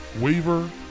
Waiver